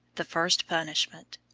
the first punishment.